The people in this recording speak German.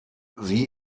sie